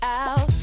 out